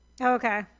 Okay